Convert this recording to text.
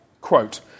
Quote